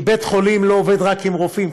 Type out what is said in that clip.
כי בית-חולים לא עובד רק עם רופאים,